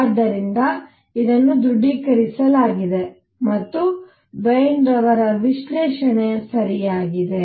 ಆದ್ದರಿಂದ ಇದನ್ನು ದೃಡಿಕರಿಸಲಾಗಿದೆ ಮತ್ತು ಆದ್ದರಿಂದ ವೀನ್ ಅವರ ವಿಶ್ಲೇಷಣೆ ಸರಿಯಾಗಿದೆ